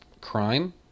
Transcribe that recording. crime